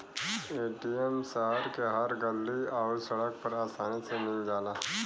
ATM शहर के हर गल्ली आउर सड़क पर आसानी से मिल जाला